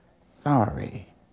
sorry